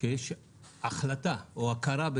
שיש החלטה או הכרה,